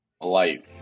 life